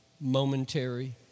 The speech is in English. momentary